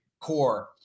core